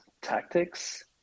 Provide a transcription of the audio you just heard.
tactics